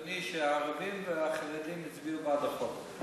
שמת לב, אדוני, שהערבים והחרדים הצביעו בעד החוק?